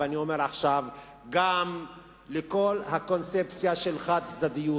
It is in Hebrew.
גם לכל הקונספציה של חד-צדדיות.